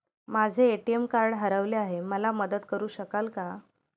माझे ATM card हरवले आहे, मला मदत करु शकाल का?